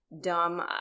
Dumb